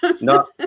No